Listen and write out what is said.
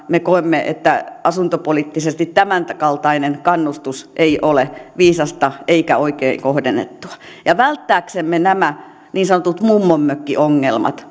me koemme että asuntopoliittisesti tämän kaltainen kannustus ei ole viisasta eikä oikein kohdennettua välttääksemme nämä niin sanotut mummonmökkiongelmat